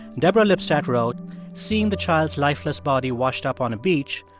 deborah lipstadt wrote seeing the child's lifeless body washed up on a beach,